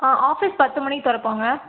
ஆ office பத்து மணிக்கு திறப்போங்க